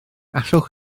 allwch